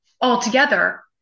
altogether